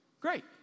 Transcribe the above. great